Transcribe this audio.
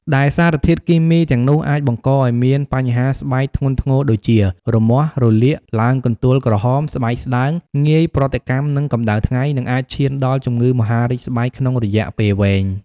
ដែលសារធាតុគីមីទាំងនោះអាចបង្កឱ្យមានបញ្ហាស្បែកធ្ងន់ធ្ងរដូចជា រមាស់ រលាក ឡើងកន្ទួលក្រហម ស្បែកស្តើង ងាយប្រតិកម្មនឹងកម្ដៅថ្ងៃ និងអាចឈានដល់ជំងឺមហារីកស្បែកក្នុងរយៈពេលវែង។